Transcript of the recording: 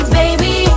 baby